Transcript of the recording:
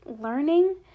learning